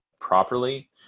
properly